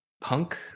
punk